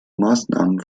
maßnahmen